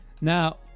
Now